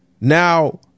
Now